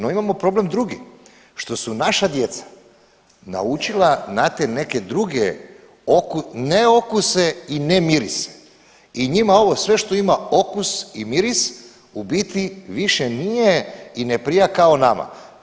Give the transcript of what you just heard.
No, imamo problem drugi, što su naša djeca naučila na te neke druge oku, ne okuse i ne mirise i njima ovo sve što ima okus i miris u biti više nije i ne prija kao nama.